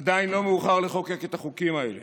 עדיין לא מאוחר לחוקק את החוקים האלה.